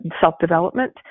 self-development